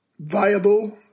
viable